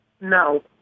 No